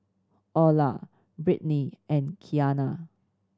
Orla Britni and Kiana